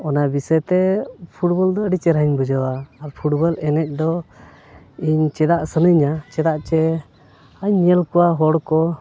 ᱚᱱᱟ ᱵᱤᱥᱚᱭ ᱛᱮ ᱯᱷᱩᱴᱵᱚᱞ ᱫᱚ ᱟᱹᱰᱤ ᱪᱮᱨᱦᱟᱧ ᱵᱩᱡᱷᱟᱹᱣᱟ ᱟᱨ ᱯᱷᱩᱴᱵᱚᱞ ᱮᱱᱮᱡ ᱫᱚ ᱤᱧ ᱪᱮᱫᱟᱜ ᱥᱟᱱᱟᱧᱟ ᱪᱮᱫᱟᱜ ᱪᱮᱧ ᱧᱮᱞ ᱠᱚᱣᱟ ᱦᱚᱲ ᱠᱚ